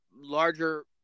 larger